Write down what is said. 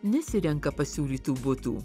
nesirenka pasiūlytų butų